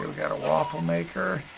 got a waffle maker.